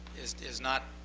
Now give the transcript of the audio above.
is not,